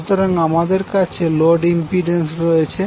সুতরাং আমাদের কাছে লোড ইম্পিড্যান্স রয়েছে